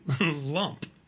lump